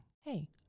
Hey